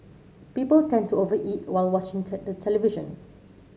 people tend to over eat while watching the the television